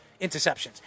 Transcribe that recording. interceptions